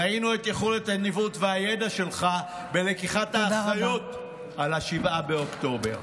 ראינו את יכולת הניווט והידע שלך בלקיחת האחריות על 7 באוקטובר.